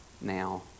now